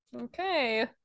Okay